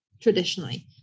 traditionally